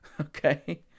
Okay